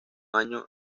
año